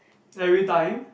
everytime